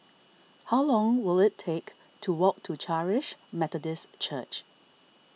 how long will it take to walk to Charis Methodist Church